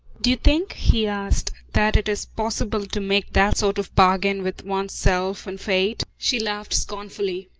do you think, he asked, that it is possible to make that sort of bargain with one's self and fate? she laughed scornfully.